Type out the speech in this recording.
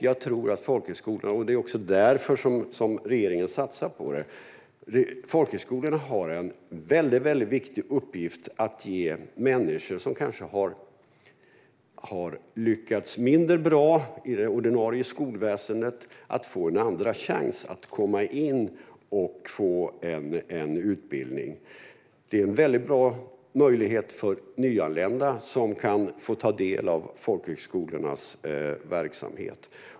Det är också därför regeringen satsar på folkhögskolorna. De har en väldigt viktig uppgift: att ge människor som kanske har lyckats mindre bra i det ordinarie skolväsendet en andra chans att få en utbildning. Det är också en väldigt bra möjlighet för nyanlända, som kan få ta del av folkhögskolornas verksamhet.